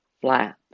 flat